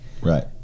right